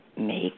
make